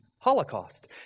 Holocaust